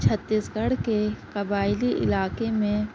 چھتیس گڑھ کے قبائلی علاقے میں